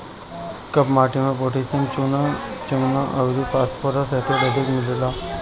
काप माटी में पोटैशियम, चुना, चुना अउरी फास्फोरस एसिड अधिक मिलेला